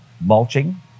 mulching